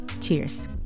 cheers